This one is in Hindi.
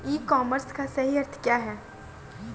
ई कॉमर्स का सही अर्थ क्या है?